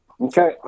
Okay